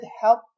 help